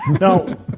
No